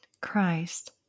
Christ